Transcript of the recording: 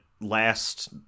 last